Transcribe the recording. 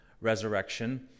resurrection